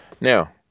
Now